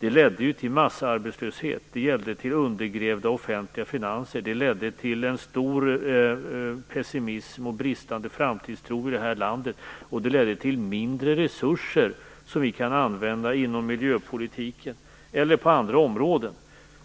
Den ledde till massarbetslöshet, till undergrävda offentliga finanser och till en stor pessimism och bristande framtidstro i det här landet. Den ledde också till mindre resurser som vi kan använda inom miljöpolitiken eller på andra områden.